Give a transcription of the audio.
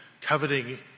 coveting